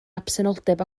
absenoldeb